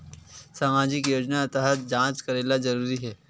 सामजिक योजना तहत जांच करेला जरूरी हे